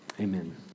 Amen